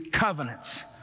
covenants